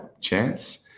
chance